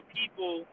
people